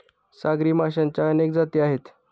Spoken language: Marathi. सागरी माशांच्या अनेक जाती आहेत